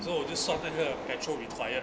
so 我就算这儿 petrol required